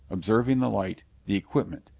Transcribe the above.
observing the light, the equipment,